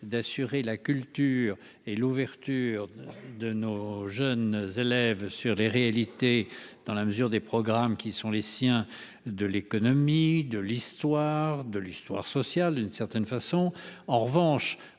d'assurer la culture et l'ouverture de nos jeunes élèves sur les réalités, dans la mesure des programmes qui sont les siens de l'économie de l'histoire de l'histoire sociale, d'une certaine façon,